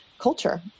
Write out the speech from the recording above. culture